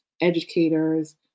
educators